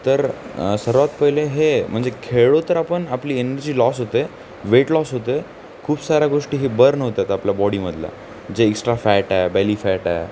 तरसर्वात पहिले हे म्हणजे खेळलो तर आपण आपली एनर्जी लॉस होते वेट लॉस होते खूप साऱ्या गोष्टी हे बर्न होतात आपल्या बॉडीमधल्या जे एक्स्ट्रा फॅट आहे बॅली फॅट आहे